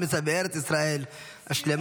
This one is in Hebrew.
עם ישראל וארץ ישראל השלמה.